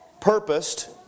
purposed